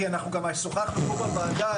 כי אנחנו גם שוחחנו פה בוועדה,